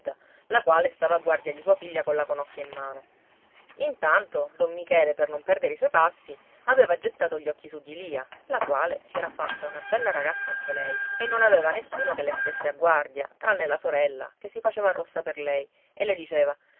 la quale stava a guardia di sua figlia colla conocchia in mano intanto don michele per non perdere i suoi passi aveva gettato gli occhi su di lia la quale si era fatta una bella ragazza anche lei e non aveva nessuno che le stesse a guardia tranne la sorella che si faceva rossa per lei e le diceva